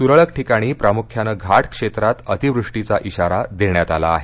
तुरळक ठिकाणी प्रामुख्यानं घा क्षेत्रात अतिवृष्टीचा इशारा देण्यात आला आहे